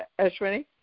Ashwini